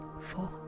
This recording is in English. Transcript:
four